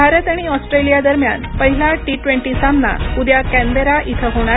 भारत आणि ऑस्ट्रेलिया दरम्यान पहिला टी ट्वेंटी सामना उद्या कॅनबेरा इथं होणार